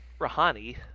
Rouhani